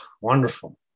Wonderful